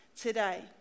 today